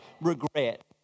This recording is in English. regret